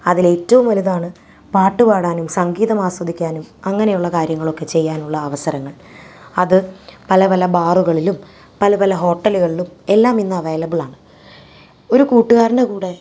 അതിലേറ്റവും വലുതാണ് പാട്ടുപാടാനും സംഗീതം ആസ്വദിക്കാനും അങ്ങനെയുള്ള കാര്യങ്ങളൊക്കെ ചെയ്യാനുള്ള അവസരങ്ങൾ അത് പല പല ബാറുകളിലും പല പല ഹോട്ടലുകളിലും എല്ലാം ഇന്ന് അവൈലബിളാണ് ഒരു കൂട്ടുകാരാന്റെ കൂടെ